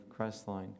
Crestline